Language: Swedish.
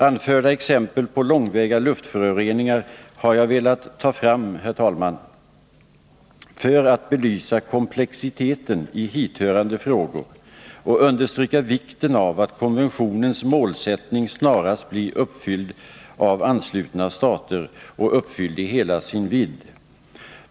Anförda exempel på långväga luftföroreningar har jag velat ta fram, herr talman, för att belysa komplexiteten i hithörande frågor och understryka vikten av att konventionens målsättning snarast blir uppfylld av anslutna stater och uppfylld i hela sin vidd.